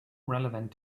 relevant